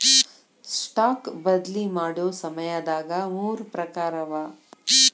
stock ಬದ್ಲಿ ಮಾಡೊ ಸಮಯದಾಗ ಮೂರ್ ಪ್ರಕಾರವ